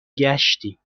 گشتیم